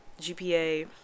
GPA